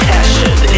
Passion